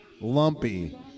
Lumpy